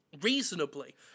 reasonably